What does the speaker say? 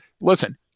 Listen